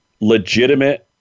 legitimate